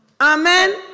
amen